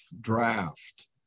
draft